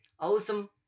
awesome